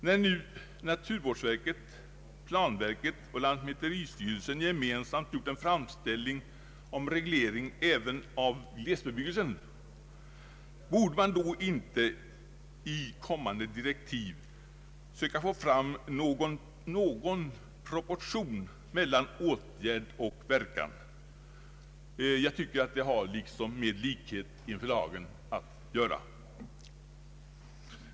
När nu naturvårdsverket, planverket och lantmäteristyrelsen gemensamt gjort en framställning om reglering även av glesbebyggelsen, borde man då inte i kommande direktiv söka få fram någon proportion mellan åtgärd och verkan? Jag tycker att det har liksom med likhet inför lagen att göra.